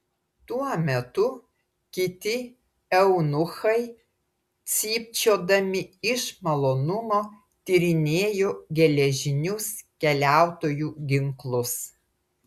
tuo metu kiti eunuchai cypčiodami iš malonumo tyrinėjo geležinius keliautojų ginklus